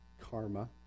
karma